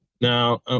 Now